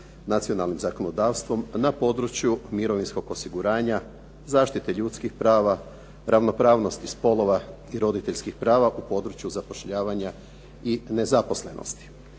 nacionalnim zakonodavstvom na području mirovinskog osiguranja, zaštite ljudskih prava, ravnopravnosti spolova i roditeljskih prava u području zapošljavanja i nezaposlenosti